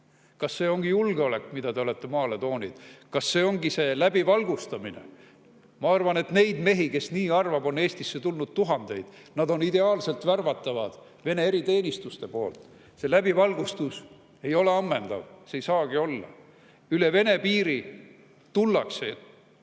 Kas see ongi julgeolek, mida te olete maale toonud? Kas see ongi see läbivalgustamine? Ma arvan, et neid mehi, kes nii arvavad, on Eestisse tulnud tuhandeid. Nad on ideaalselt värvatavad, Vene eriteenistus saab neid värvata. See läbivalgustus ei ole ammendav, ei saagi olla. Üle Vene piiri tullakse ja